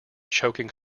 choking